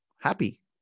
happy